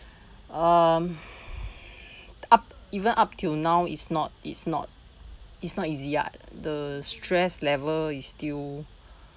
um up even up till now it's not it's not it's not easy ya the stress level is still